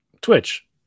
Twitch